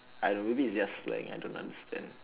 I don't know maybe is their slang I don't understand